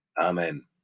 Amen